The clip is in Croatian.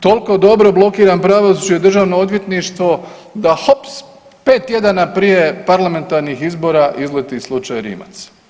Toliko dobro blokiram pravosuđe i državno odvjetništvo da hops 5 tjedana prije parlamentarnih izbora izleti slučaj Rimac.